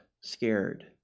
scared